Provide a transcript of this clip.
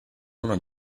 uno